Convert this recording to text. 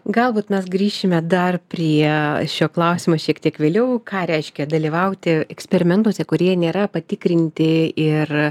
galbūt mes grįšime dar prie šio klausimo šiek tiek vėliau ką reiškia dalyvauti eksperimentuose kurie nėra patikrinti ir